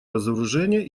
разоружения